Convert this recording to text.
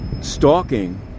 stalking